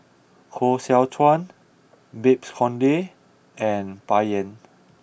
Koh Seow Chuan Babes Conde and Bai Yan